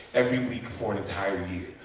every week for an entire year.